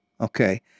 Okay